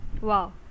Wow